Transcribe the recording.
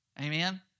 Amen